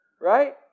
Right